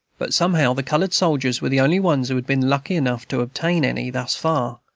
but somehow the colored soldiers were the only ones who had been lucky enough to obtain any, thus far,